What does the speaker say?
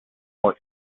port